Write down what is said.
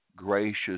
Gracious